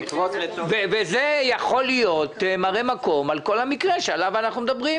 זה יכול להיות מראה מקום על כל המקרה שעליו אנחנו מדברים.